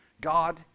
God